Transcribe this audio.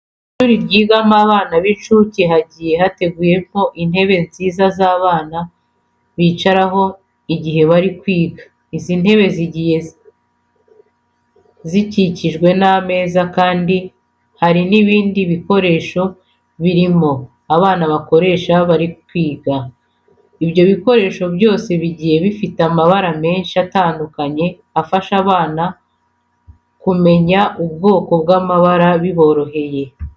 Mu ishuri ryigamo abana b'inshuke hagiye hateyemo intebe nziza abana bicaraho igihe bari kwiga. Izi ntebe zigiye zikikije ameza kandi hari n'ibindi bikoresho birimo abana bakoresha igihe bari kwiga. Ibyo bikoresho byose bigiye bifite amabara menshi atandukanye afasha abana kumenya ubwoko bw'amabara biboroheye.